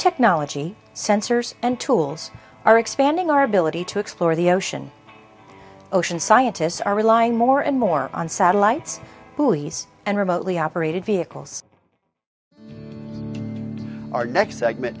technology sensors and tools are expanding our ability to explore the ocean ocean scientists are relying more and more on satellites and remotely operated vehicles our next segment